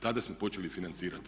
Tada smo počeli financirati.